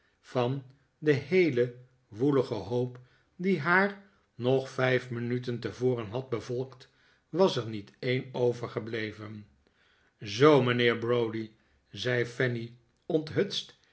van den heelen woeligen hoop die haar nog vijf minuten tevoren had bevolkt was er niet een overgebleven zoo mijnheer browdie zei fanny onthutst